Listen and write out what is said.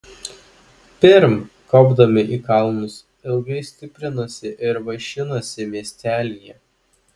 pirm kopdami į kalnus ilgai stiprinasi ir vaišinasi miestelyje